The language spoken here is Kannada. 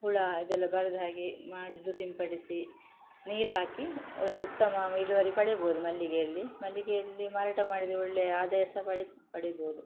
ಹುಳ ಇದೆಲ್ಲ ಬರದ ಹಾಗೆ ಮದ್ದು ಸಿಂಪಡಿಸಿ ನೀರು ಹಾಕಿ ಉತ್ತಮ ಇಳುವರಿ ಪಡೀಬೋದು ಮಲ್ಲಿಗೆಯಲ್ಲಿ ಮಲ್ಲಿಗೆಯಲ್ಲಿ ಮಾರಾಟ ಮಾಡಿದರೆ ಒಳ್ಳೆಯ ಆದಾಯ ಸಹ ಪಡಿ ಪಡೀಬೋದು